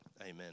Amen